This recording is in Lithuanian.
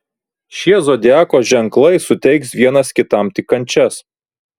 šie zodiako ženklai suteiks vienas kitam tik kančias